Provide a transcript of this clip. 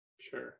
Sure